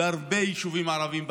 והרבה יישובים ערביים בצפון,